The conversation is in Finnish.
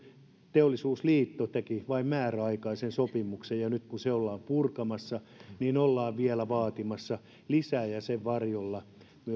teollisuusliitto teki vain määräaikaisen sopimuksen ja nyt kun se ollaan purkamassa niin ollaan vielä vaatimassa lisää ja sen varjolla